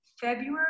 February